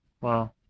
Wow